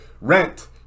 rent